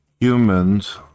humans